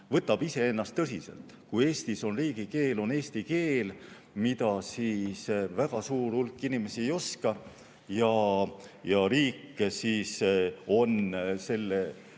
võtab iseennast tõsiselt. Kui Eestis riigikeel on eesti keel, mida väga suur hulk inimesi ei oska, ja riik on aastate